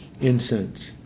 incense